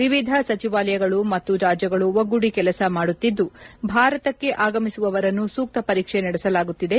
ವಿವಿಧ ಸಚಿವಾಲಯಗಳು ಮತ್ತು ರಾಜ್ಯಗಳು ಒಗ್ಗೂಡಿ ಕೆಲಸ ಮಾಡುತ್ತಿದ್ದು ಭಾರತಕ್ಕೆ ಆಗಮಿಸುವವರನ್ನು ಸೂಕ್ತ ಪರೀಕ್ಷೆ ನಡೆಸಲಾಗುತ್ತಿದೆ